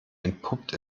entpuppt